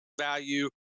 value